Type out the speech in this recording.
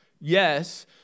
Yes